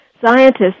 scientists